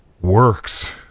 works